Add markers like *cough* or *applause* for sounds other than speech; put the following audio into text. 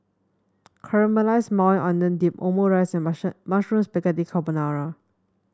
Caramelized Maui Onion Dip Omurice and *unintelligible* Mushroom Spaghetti Carbonara